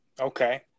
Okay